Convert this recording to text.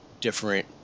different